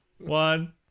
one